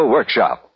Workshop